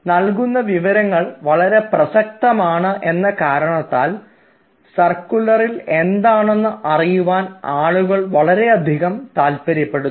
നൽകുന്ന വിവരങ്ങൾ വളരെ പ്രസക്തമാണ് എന്ന കാരണത്താൽ സർക്കുലറിൽ എന്താണെന്ന് അറിയുവാൻ ആളുകൾ വളരെയധികം താല്പര്യപ്പെടുന്നു